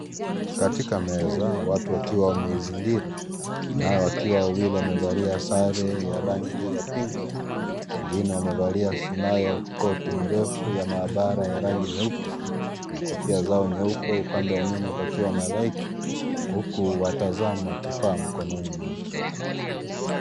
Katika meza watu wakiwa wameizingira nayo wakiwa wawili wamevalia sare ya rangi ya pinki wengine wamevalia nayo koti mrefu ya maabara ya rangi nyeupe na kofia zao nyeupe huku pande ya nyuma pakiwa na halaiki huku watazama kifaa mkononi mwake.